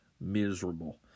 miserable